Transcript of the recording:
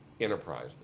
enterprise